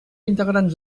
integrants